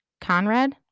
Conrad